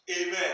Amen